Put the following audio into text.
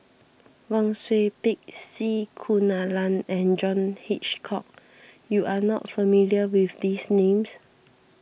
Wang Sui Pick C Kunalan and John Hitchcock you are not familiar with these names